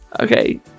Okay